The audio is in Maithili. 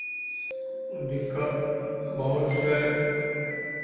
दिक्कत बहुत छै